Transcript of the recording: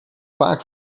vaak